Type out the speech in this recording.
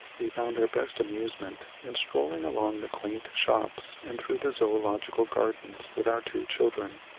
we found our best amusement in strolling along the quaint shops and through the zoological gardens with our two children.